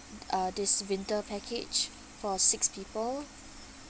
uh this winter package for six people